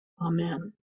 Amen